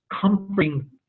comforting